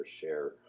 share